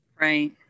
Right